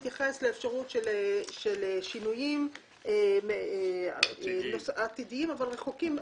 מתייחסת לאפשרות של שינויים עתידיים אבל רחוקים,